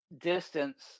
distance